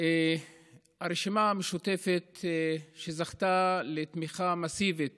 הרשימה המשותפת, שזכתה לתמיכה מסיבית